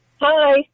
Hi